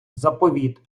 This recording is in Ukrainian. заповіт